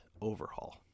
overhaul